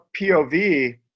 POV